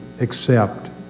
accept